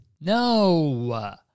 No